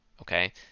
okay